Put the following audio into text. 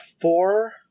four